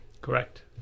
Correct